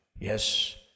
Yes